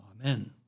Amen